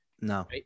No